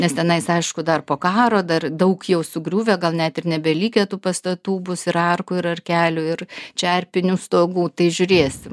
nes tenais aišku dar po karo dar daug jau sugriuvę gal net ir nebelikę tų pastatų bus ir arkų ir arkelių ir čerpinių stogų tai žiūrėsim